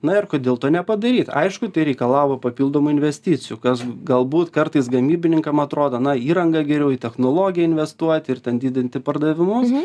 na ir kodėl to nepadaryt aišku tai reikalavo papildomų investicijų kas galbūt kartais gamybininkam atrodo na įranga geriau į technologiją investuot ir ten didinti pardavimus